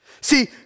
See